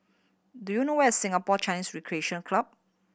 do you know where is Singapore Chinese Recreation Club